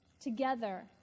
Together